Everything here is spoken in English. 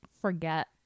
forget